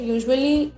Usually